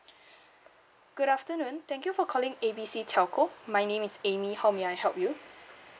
good afternoon thank you for calling A B C telco my name is amy how may I help you